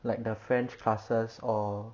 like the french classes all